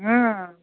नहि